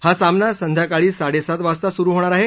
हा सामना संध्याकाळी साडेसात वाजता सुरू होणार आहे